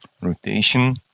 rotation